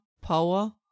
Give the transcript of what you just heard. power